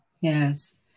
Yes